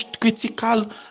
Critical